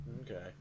Okay